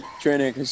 training